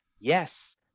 Yes